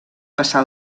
passar